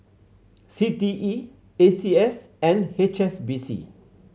C T E A C S and H S B C